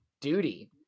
duty